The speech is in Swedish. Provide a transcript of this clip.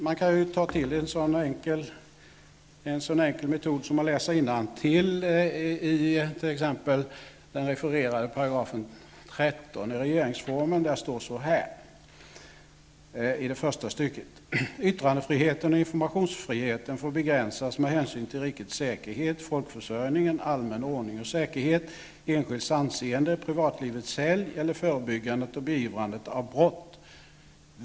Man kan ta till en så enkel metod som att läsa innantill i t.ex. den refererade 13 § i regeringsformen 2 kap. Där står i första stycket: ''Yttrandefriheten och informationsfriheten får begränsas med hänsyn till rikets säkerhet, folkförsörjningen, allmän ordning och säkerhet, enskilds anseende, privatlivets helgd eller förebyggandet och beivrandet av brott.